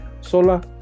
sola